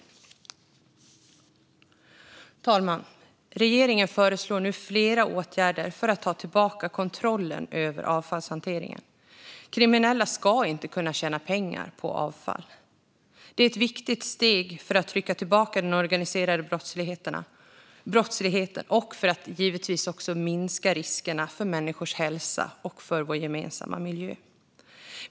Herr talman! Regeringen föreslår nu flera åtgärder för att ta tillbaka kontrollen över avfallshanteringen. Kriminella ska inte kunna tjäna pengar på avfall. Det är ett viktigt steg för att trycka tillbaka den organiserade brottsligheten och givetvis för att minska riskerna för människors hälsa och för vår gemensamma miljö.